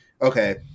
okay